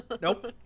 Nope